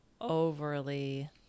overly